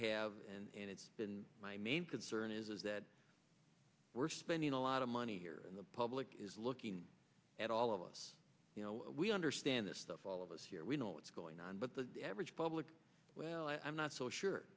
have and it's been my main concern is that we're spending a lot of money here in the public is looking at all of us you know we understand this stuff all of us here we know what's going on but the average public well i'm not so sure